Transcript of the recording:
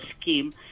scheme